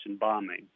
bombing